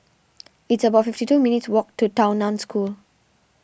it's about fifty two minutes' walk to Tao Nan School